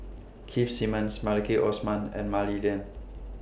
Keith Simmons Maliki Osman and Mah Li Lian